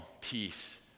peace